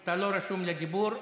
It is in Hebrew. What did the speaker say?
אתה לא רשום לדיבור,